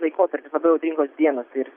laikotarpis labai audringos dienos ir